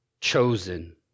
chosen